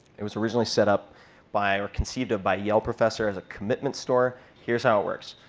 it was originally set up by or conceived of by a yale professor as a commitment store. here's how it works.